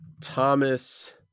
Thomas